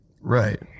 Right